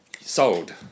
Sold